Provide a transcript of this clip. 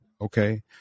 Okay